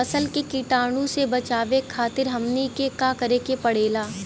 फसल के कीटाणु से बचावे खातिर हमनी के का करे के पड़ेला?